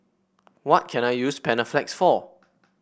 what can I use Panaflex for